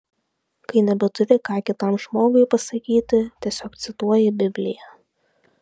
kai nebeturi ką kitam žmogui pasakyti tiesiog cituoji bibliją